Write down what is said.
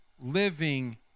living